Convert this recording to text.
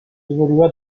évolua